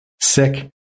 sick